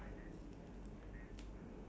like fancy lights like that lah